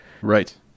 Right